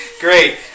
great